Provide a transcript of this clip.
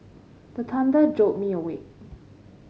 the thunder jolt me awake